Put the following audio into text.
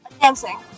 Dancing